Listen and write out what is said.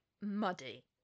muddy